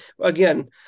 Again